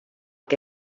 que